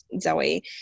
Zoe